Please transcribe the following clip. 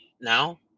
now